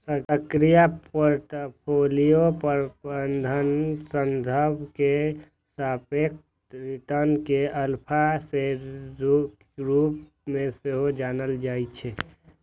सक्रिय पोर्टफोलियो प्रबंधनक संदर्भ मे सापेक्ष रिटर्न कें अल्फा के रूप मे सेहो जानल जाइ छै